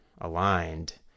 aligned